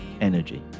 Energy